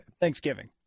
Thanksgiving